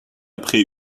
après